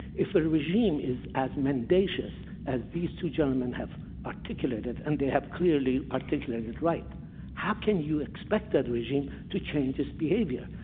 if the regime is as mendacious as these two gentlemen have articulated and they have clearly articulated right how can you expect that regime to change its behavior?